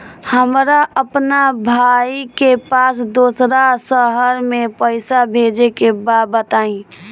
हमरा अपना भाई के पास दोसरा शहर में पइसा भेजे के बा बताई?